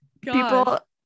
people